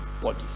body